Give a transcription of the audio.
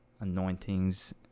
anointings